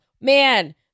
man